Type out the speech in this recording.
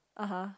(uh huh)